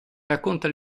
racconta